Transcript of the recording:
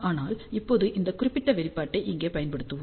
ஆனால் இப்போது இந்த குறிப்பிட்ட வெளிப்பாட்டை இங்கே பயன்படுத்துவோம்